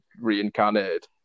reincarnated